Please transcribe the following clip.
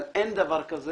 אבל אין דבר כזה